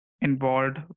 involved